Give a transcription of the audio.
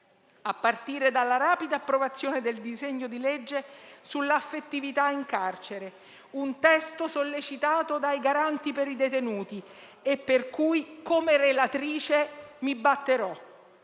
a partire dalla rapida approvazione del disegno di legge sull'affettività in carcere, un testo sollecitato dai garanti per i detenuti e per il quale, come relatrice, mi batterò.